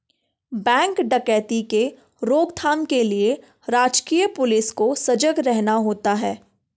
bank डकैती के रोक थाम के लिए राजकीय पुलिस को सजग रहना होता है